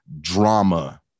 drama